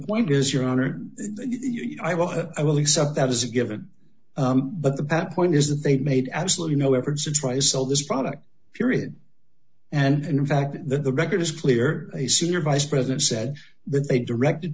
what is your honor i will i will accept that as a given but that point is that they made absolutely no efforts and try to sell this product period and in fact the record is clear a senior vice president said that they directed